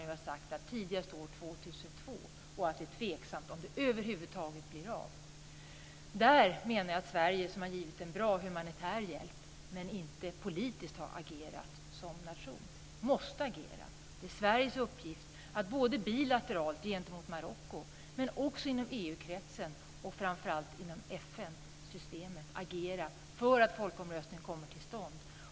FN har nu sagt att den kommer att äga rum tidigast år 2002 och att det är tveksamt om den över huvud taget blir av. Där menar jag att Sverige, som har givit en bra humanitär hjälp men inte politiskt har agerat som nation, måste agera. Det är Sveriges uppgift att både bilateralt gentemot Marocko men också inom EU kretsen och framför allt inom FN-systemet agera för att folkomröstningen ska komma till stånd.